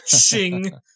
Shing